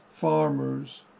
farmers